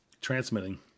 transmitting